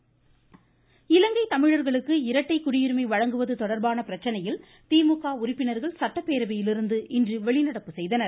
இரட்டை குடியுரிமை இலங்கை தமிழர்களுக்கு இரட்டை குடியுரிமை வழங்குவது தொடர்பான பிரச்சனையில் திமுக உறுப்பினர்கள் சட்டப்பேரவையிலிருந்து இன்று வெளிநடப்பு செய்தனர்